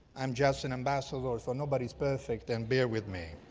i'm just an ambassador for nobody's perfect, and bear with me.